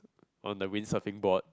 on the wind surfing board